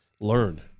learn